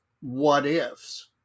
what-ifs